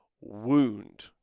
wound